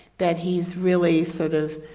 that he's really sort of